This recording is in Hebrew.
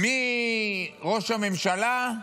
מראש הממשלה,